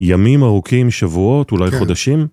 ימים ארוכים, שבועות, אולי חודשים.